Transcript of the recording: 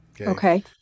okay